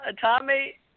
Tommy